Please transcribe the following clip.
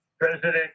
President